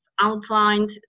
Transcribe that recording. outlined